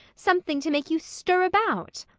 something to make you stir about.